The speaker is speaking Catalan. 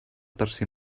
tercer